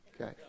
okay